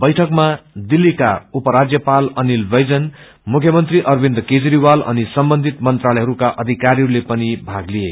बैइकमा दिल्लीका उपराष्यपाल अनिल वैजल मुख्यमंत्री अरविन्द केजरीवाल अनि सम्बन्धित मंत्रालयहरूक्र अषिकारीहरूले पनि भाग लिए